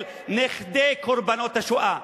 של נכדי קורבנות השואה.